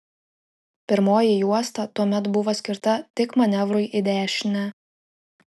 pirmoji juosta tuomet buvo skirta tik manevrui į dešinę